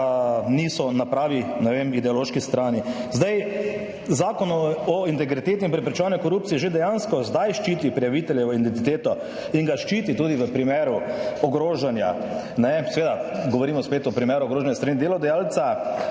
niso na pravi, ne vem, ideološki strani. Zakon o integriteti in preprečevanju korupcije dejansko že zdaj ščiti prijaviteljevo identiteto in ga ščiti tudi v primeru ogrožanja. Govorimo spet o primeru grožnje s strani delodajalca.